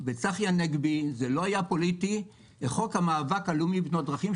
וצחי הנגבי זה לא היה פוליטי לחוק המאבק הלאומי בתאונות הדרכים,